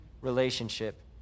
relationship